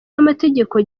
n’amategeko